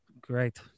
Great